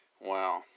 Wow